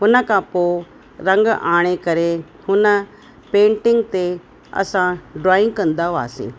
हुन खां पोइ रंग आणे करे हुन पेंटिंग ते असां ड्रॉइंग कंदा हुआसीं